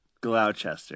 Gloucester